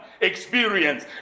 experience